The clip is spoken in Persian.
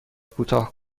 کوتاه